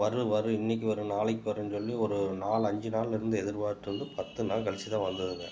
வரும் வரும் இன்னைக்கு வரும் நாளைக்கு வரும்ன்னு சொல்லி ஒரு நாலு அஞ்சு நாளில் இருந்து எதிர்பார்த்துட்ருந்து பத்து நாள் கழித்து தான் வந்ததுங்க